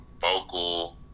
vocal